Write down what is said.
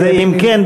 אז אם כן,